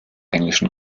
englischen